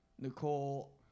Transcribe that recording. Nicole